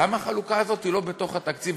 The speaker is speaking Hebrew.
למה החלוקה הזאת היא לא בתוך התקציב?